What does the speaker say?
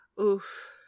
Oof